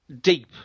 deep